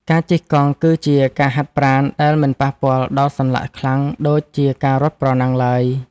ការជិះកង់ គឺជាការហាត់ប្រាណដែលមិនប៉ះពាល់ដល់សន្លាក់ខ្លាំង ដូចជាការរត់ប្រណាំងឡើយ។